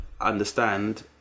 understand